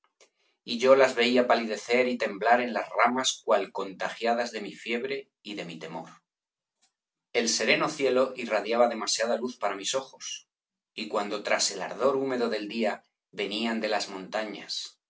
y yo as veía palidecer y temblar en las ramas cual contagiadas de mi fiebre y de mi temor el sereno cielo irradiaba demasiada luz para mis ojos y cuando tras el ardor húmedo el día venían de las montañas